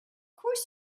course